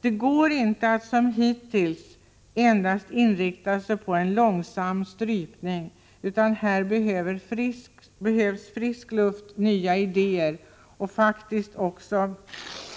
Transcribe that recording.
Det går inte att som hittills endast inrikta sig på en långsam strypning — här behövs frisk luft, nya idéer och faktiskt också